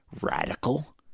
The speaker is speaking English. radical